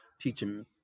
teaching